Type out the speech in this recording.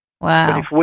Wow